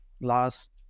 last